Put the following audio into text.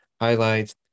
highlights